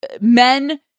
men-